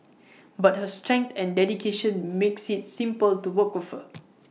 but her strength and dedication makes IT simple to work with her